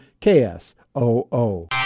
KSOO